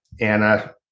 Anna